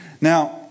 Now